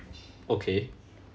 okay